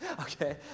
okay